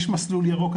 יש מסלול ירוק,